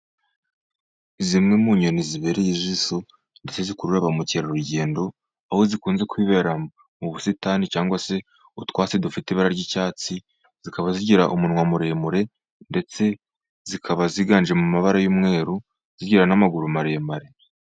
Zimwe mu nyoni zibereye ijisho ndetse zikurura ba mukerarugendo, aho zikunze kwibera mu busitani cyangwa se utwatsi dufite ibara ry'icyatsi, zikaba zigira umunwa muremure, ndetse zikaba ziganje mu mabara y'umweru, zigira n'amaguru maremare.